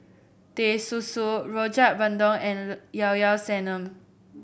Teh Susu Rojak Bandung and Llao Llao Sanum